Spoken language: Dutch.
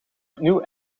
opnieuw